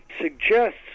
suggests